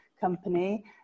Company